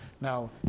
Now